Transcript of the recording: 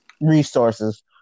resources